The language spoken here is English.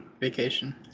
vacation